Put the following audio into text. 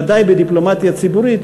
בוודאי בדיפלומטיה ציבורית,